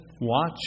watch